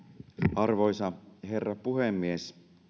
arvoisa herra puhemies